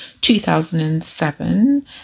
2007